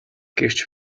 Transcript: гэвч